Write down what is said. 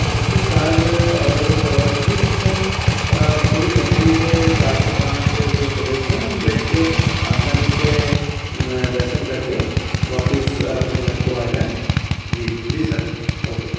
ऐसी car available करवा दीजिए जिसमें हम पूरी फैमिली के चार से पाँच जो सदस्य हैं हम बैठ के आसानी से दर्शन करके वापस अपने घर को आ जाएँ जी जी सर ओके